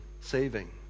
saving